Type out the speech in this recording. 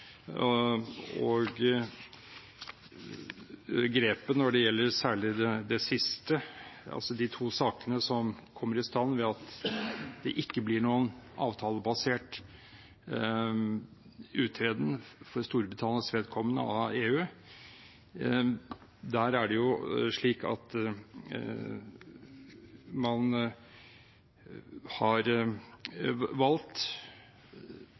og grepet når det gjelder særlig det siste, altså de to sakene som kommer i stand ved at det ikke blir noen avtalebasert uttreden av EU for Storbritannias vedkommende, er slik at man har valgt å avgi erklæringer i noteapparatet osv., som gjør at man